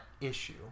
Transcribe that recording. issue